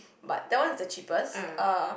but that one was the cheapest uh